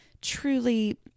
truly